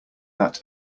that